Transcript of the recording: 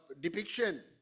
depiction